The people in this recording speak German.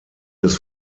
des